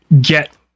get